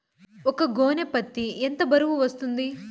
ఒక గోనె పత్తి ఎంత బరువు వస్తుంది?